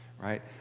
right